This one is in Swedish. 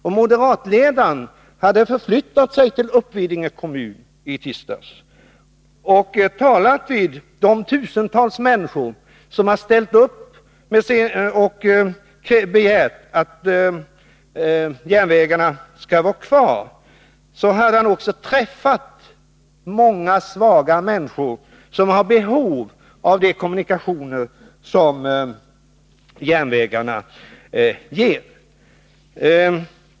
Om moderatledaren hade förflyttat sig till Uppvidinge kommun i tisdags och träffat de tusentals människor som har ställt upp och begärt att järnvägarna skall vara kvar, hade han också träffat många svaga människor som har behov av de kommunikationer som järnvägarna ger.